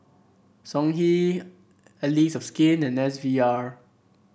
Songhe Allies of Skin and S V R